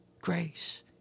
grace